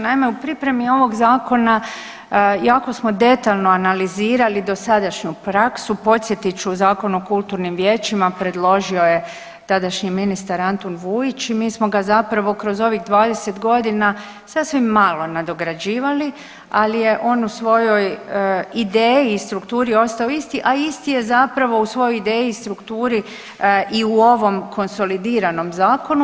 Naime, u pripremi ovog Zakona jako smo detaljno analizirali dosadašnju praksu, podsjetit ću, Zakon o kulturnim vijećima predložio je tadašnji ministar Antun Vujić i mi smo ga zapravo kroz ovih 20 godina sasvim malo nadograđivali, ali je on u svojoj ideji i strukturi ostao isti, a isti je zapravo u svojoj ideji i strukturi i u ovom konsolidiranom zakonu.